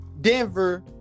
Denver